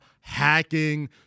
hacking